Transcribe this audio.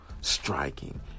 striking